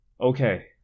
Okay